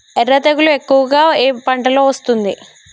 ఎర్ర తెగులు ఎక్కువగా ఏ పంటలో వస్తుంది?